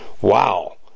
Wow